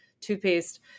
toothpaste